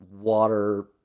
Water